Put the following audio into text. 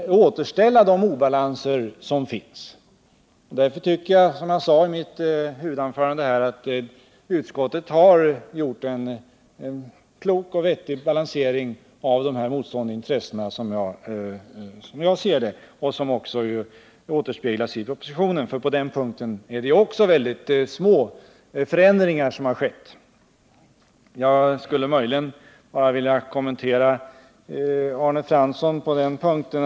Därför tycker jag, som jag sade i mitt huvudanförande, att utskottet har gjort en klok avvägning i fråga om indelningen i stödområden. I förhållande till propositionen har ju också mycket små förändringar skett i utskottsbehandlingen. Jag skulle möjligen vilja kommentera Arne Fransson på den här punkten.